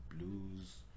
blues